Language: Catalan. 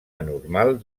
anormal